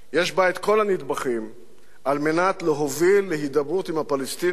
יש בה כל הנדבכים על מנת להוביל להידברות עם הפלסטינים,